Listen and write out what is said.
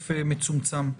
בהיקף מצומצם.